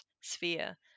sphere